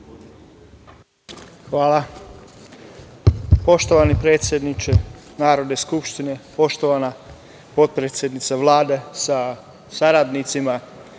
Hvala.